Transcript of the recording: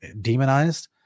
demonized